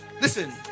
Listen